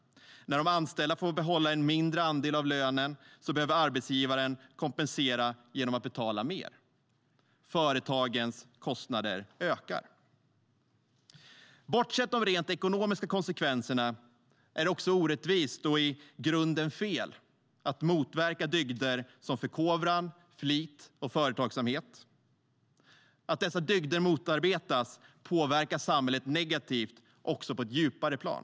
När de anställda får behålla en mindre andel av lönen behöver arbetsgivaren kompensera genom att betala mer. Då ökar företagens kostnader. Bortsett från de rent ekonomiska konsekvenserna är det också orättvist och i grunden fel att motverka dygder som förkovran, flit och företagsamhet. Att dessa dygder motarbetas påverkar samhället negativt också på ett djupare plan.